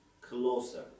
closer